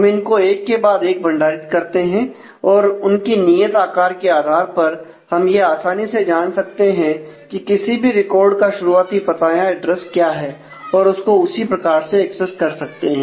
हम इनको एक के बाद एक भंडारित करते हैं और उनकी नियत आकार के आधार पर हम यह आसानी से जान सकते हैं कि किसी भी रिकॉर्ड का शुरुआती पता या एड्रेस क्या है और उसको उसी प्रकार से एक्सेस कर सकते हैं